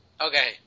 okay